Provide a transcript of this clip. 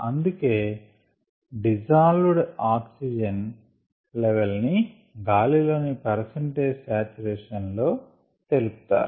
అందుకే dissolved oxygen level ని గాలిలోని పర్సెంటేజ్ సాచురేషన్ లో తెలుపుతారు